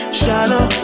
shallow